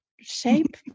shape